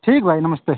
ठीक भाई नमस्ते